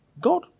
God